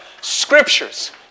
Scriptures